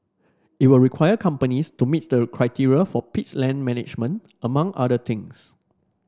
it will require companies to meet the criteria for peats land management among other things